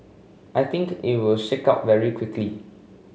I think it will shake out very quickly